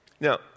Now